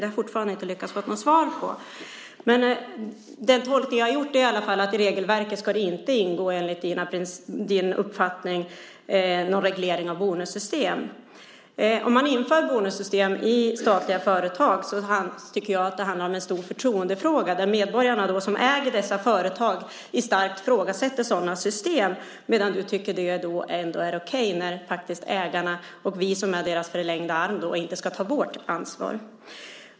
Det har jag fortfarande inte lyckats få svar på. Jag har tolkat det så att i regelverket ska det enligt din uppfattning inte ingå någon reglering av bonussystem. Om man inför bonussystem i statliga företag blir det fråga om förtroende. Medborgarna som äger dessa företag ifrågasätter starkt sådana system medan du tycker att det ändå är okej att vi - ägarnas förlängda arm - inte ska ta vårt ansvar.